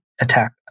attack